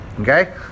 Okay